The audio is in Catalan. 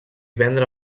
vendre